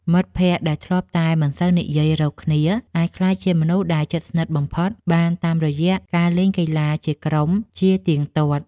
មិត្តភក្តិដែលធ្លាប់តែមិនសូវនិយាយរកគ្នាអាចក្លាយជាមនុស្សដែលជិតស្និទ្ធបំផុតបានតាមរយៈការលេងកីឡាជាក្រុមជាទៀងទាត់។